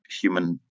human